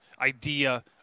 idea